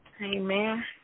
Amen